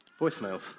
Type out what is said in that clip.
Voicemails